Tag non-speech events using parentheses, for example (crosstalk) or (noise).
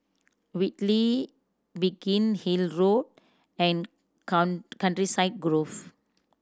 Whitley Biggin Hill Road and (unintelligible) Countryside Grove